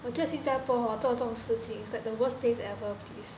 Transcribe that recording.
我觉得新加坡 hor 做这种事情 is like the worst place ever please